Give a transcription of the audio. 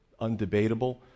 undebatable